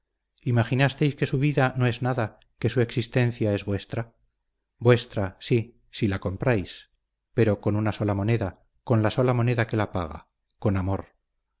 mujer imaginasteis que su vida no es nada que su existencia es vuestra vuestra sí si la compráis pero con una sola moneda con la sola moneda que la paga con amor